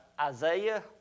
Isaiah